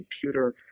computer